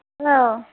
औ